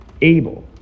Abel